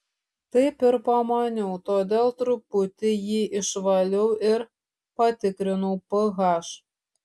taip ir pamaniau todėl truputį jį išvaliau ir patikrinau ph